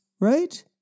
right